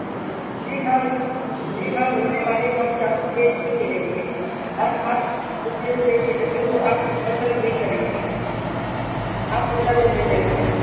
जी हाँ जी हाँ हमारे यहाँ से आपको बेस्ट ही मिलेंगे और आप इस में से म्यूज़िसन को आप पसंद भी करेंगे आप उनका रोल ले लेंगे